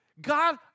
God